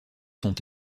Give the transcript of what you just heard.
sont